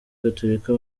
gatolika